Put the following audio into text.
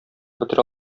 бетерә